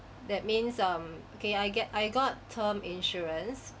that means um okay I get I got term insurance